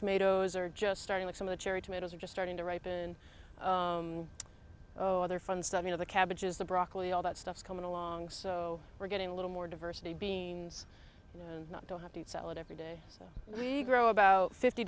tomatoes are just starting with some of the cherry tomatoes are just starting to ripen oh other fun stuff you know the cabbage is the broccoli all that stuff coming along so we're getting a little more diversity beans and don't have to eat salad every day so we grow about fifty